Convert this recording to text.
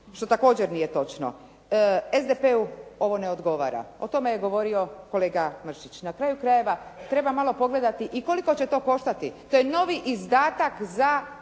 što također nije točno. SDP-u ovo ne odgovara. O tome je govorio kolega Mršić. Na kraju krajeva treba malo pogledati i koliko će to koštati? To je novi izdatak za